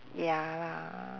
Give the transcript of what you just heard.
ya lah